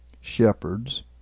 shepherds